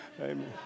Amen